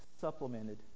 supplemented